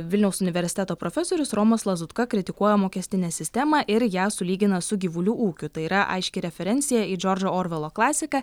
vilniaus universiteto profesorius romas lazutka kritikuoja mokestinę sistemą ir ją sulygina su gyvulių ūkiu tai yra aiški referencija į džordžo orvelo klasiką